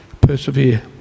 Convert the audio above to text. persevere